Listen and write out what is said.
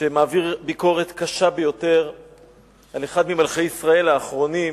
שמעביר ביקורת קשה ביותר על אחד ממלכי ישראל האחרונים,